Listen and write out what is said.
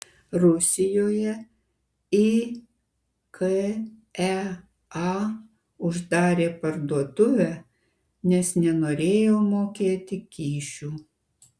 rusijoje ikea uždarė parduotuvę nes nenorėjo mokėti kyšių